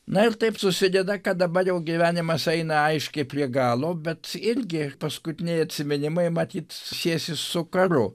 na ir taip susideda kad dabar jau gyvenimas eina aiškiai prie galo bet irgi paskutiniai atsiminimai matyt siejasi su karu